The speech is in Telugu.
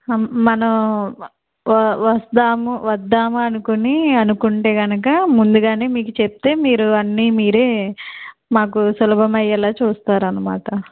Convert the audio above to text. మనం వ వద్దాము వద్దాము అనుకుని అనుకుంటే కనుక ముందుగానే మీకు చెప్తే మీరు అన్ని మీరే మాకు సులభం అయ్యేలా చూస్తారు అనమాట